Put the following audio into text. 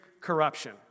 corruption